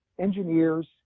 engineers